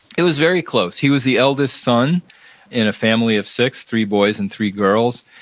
it was very close. he was the eldest son in a family of six, three boys and three girls.